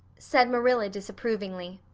said marilla disapprovingly.